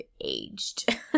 aged